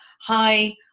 hi